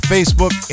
Facebook